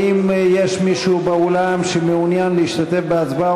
האם יש מישהו באולם שמעוניין להשתתף בהצבעה